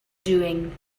doing